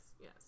yes